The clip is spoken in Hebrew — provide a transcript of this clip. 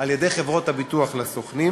על-ידי חברות הביטוח לסוכנים